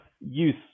use